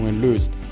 löst